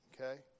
Okay